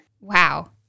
Wow